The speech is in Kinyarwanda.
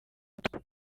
mutwe